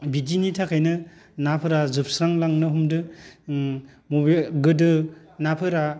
बिदिनि थाखायनो नाफोरा जोबस्रांलांनो हमदों उम मबे गोदो नाफोरा